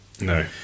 No